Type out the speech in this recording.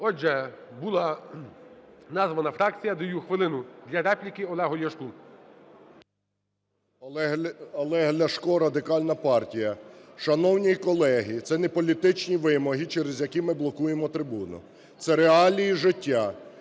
Отже, була названа фракція. Я даю хвилину для репліки Олегу Ляшку. 11:15:25 ЛЯШКО О.В. Олег Ляшко, Радикальна партія. Шановні колеги, це не політичні вимоги, через які ми блокуємо трибуну, це реалії життя.